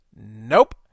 Nope